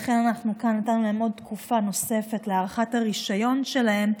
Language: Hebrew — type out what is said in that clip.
לכן נתנו להן כאן תקופה נוספת להארכת הרישיון שלהן,